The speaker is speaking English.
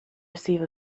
receive